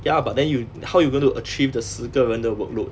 ya but then you how you going to achieve the 十个人的 workload